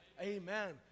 Amen